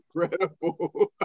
incredible